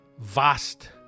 Vast